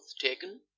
taken